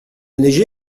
neigé